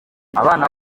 abana